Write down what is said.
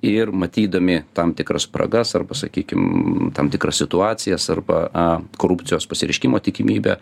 ir matydami tam tikras spragas arba sakykim tam tikras situacijas arba korupcijos pasireiškimo tikimybę